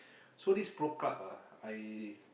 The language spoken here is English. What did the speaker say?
so this Pro Club ah I